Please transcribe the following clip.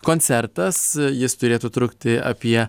koncertas jis turėtų trukti apie